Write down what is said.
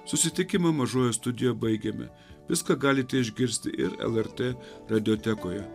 susitikimą mažojoje studijoje baigėme viską galite išgirsti ir lrt radiotekoje